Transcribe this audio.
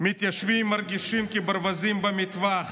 מתיישבים מרגישים כברווזים במטווח,